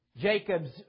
Jacob's